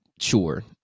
sure